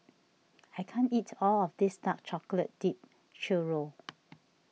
I can't eat all of this Dark Chocolate Dipped Churro